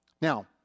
Now